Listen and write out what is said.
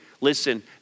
listen